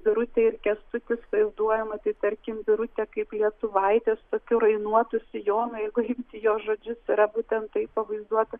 birutė ir kęstutis vaizduojama tai tarkim birutė kaip lietuvaitė su tokiu rainuotu sijonu jeigu imti jo žodžius yra būtent taip pavaizduota